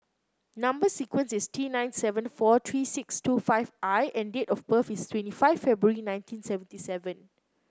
number sequence is T nine seven four three six two five I and date of birth is twenty five February nineteen seventy seven